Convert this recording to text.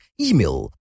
email